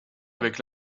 avec